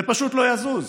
זה פשוט לא יזוז.